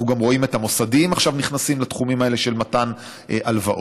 אנחנו רואים גם את המוסדיים עכשיו נכנסים לתחומים האלה של מתן הלוואות.